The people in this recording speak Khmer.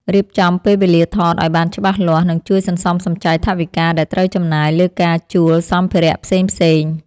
រៀបចំពេលវេលាថតឱ្យបានច្បាស់លាស់នឹងជួយសន្សំសំចៃថវិកាដែលត្រូវចំណាយលើការជួលសម្ភារៈផ្សេងៗ។